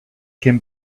can